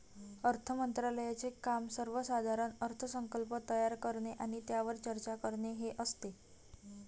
अर्थ मंत्रालयाचे काम सर्वसाधारण अर्थसंकल्प तयार करणे आणि त्यावर चर्चा करणे हे असते